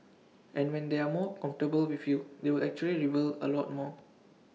and when they are more comfortable with you they will actually reveal A lot more